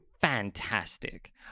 fantastic